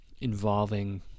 involving